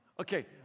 Okay